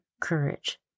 courage